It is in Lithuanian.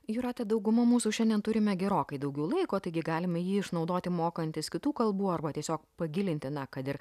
jūrate dauguma mūsų šiandien turime gerokai daugiau laiko taigi galima jį išnaudoti mokantis kitų kalbų arba tiesiog pagilinti na kad ir